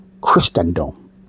Christendom